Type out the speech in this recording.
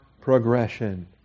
progression